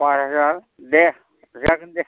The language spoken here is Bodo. पास हाजार दे जागोन दे